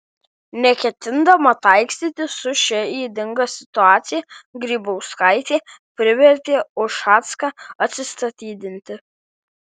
neketindama taikstytis su šia ydinga situacija grybauskaitė privertė ušacką atsistatydinti